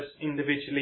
individually